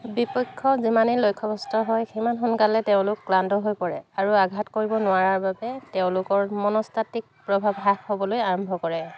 বিপক্ষ যিমানেই লক্ষ্যভ্ৰষ্ট হয় সিমান সোনকালে তেওঁলোক ক্লান্ত হৈ পৰে আৰু আঘাত কৰিব নোৱাৰাৰ বাবে তেওঁলোকৰ মন স্তাত্বিক প্ৰভাৱ হ্ৰাস হ'বলৈ আৰম্ভ কৰে